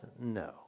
No